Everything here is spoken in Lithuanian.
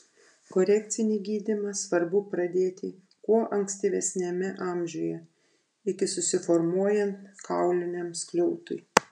korekcinį gydymą svarbu pradėti kuo ankstyvesniame amžiuje iki susiformuojant kauliniam skliautui